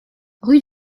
rue